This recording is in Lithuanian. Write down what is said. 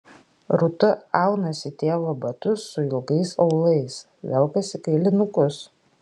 rūta aunasi tėvo batus su ilgais aulais velkasi kailinukus